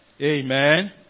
Amen